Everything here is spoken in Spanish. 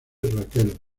raquel